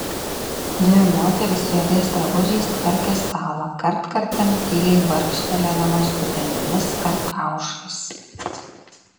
dvi moterys juodais drabužiais tvarkė stalą kartkartėm tyliai barkštelėdamos dubenimis ar kaušais